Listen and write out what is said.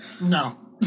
No